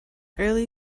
early